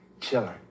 chilling